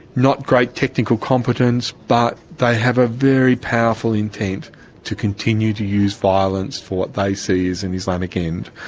not great technical competence, but they have a very powerful intent to continue to use violence for what they see as an and islamic end.